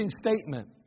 statement